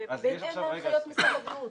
בהתאם להנחיות משרד הבריאות.